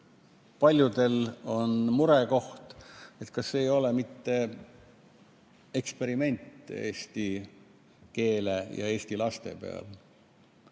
arvates on murekoht, kas see ei ole mitte eksperiment eesti keele ja eesti lastega?